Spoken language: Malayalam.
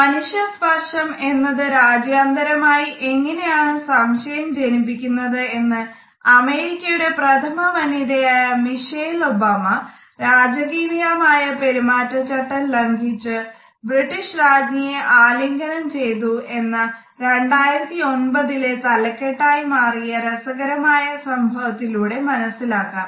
മനുഷ്യ സ്പർശം എന്നത് രാജ്യാന്തരമായി എങ്ങിനെയാണ് സംശയം ജനിപ്പിക്കുന്നത് എന്നത് അമേരിക്കയുടെ പ്രഥമ വനിതയായ മിഷേൽ ഒബാമ രാജകീയ പെരുമാറ്റചട്ടം ലംഘിച്ച് ബ്രിട്ടീഷ് രാജ്ഞിയെ ആലിംഗനം ചെയ്തു എന്ന 2009ലെ തലക്കെട്ട് ആയി മാറിയ രസകരമായ സംഭവത്തിലൂടെ മനസ്സിലാക്കാം